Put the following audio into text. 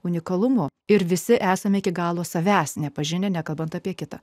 unikalumo ir visi esame iki galo savęs nepažinę nekalbant apie kitą